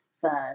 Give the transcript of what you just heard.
first